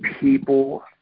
people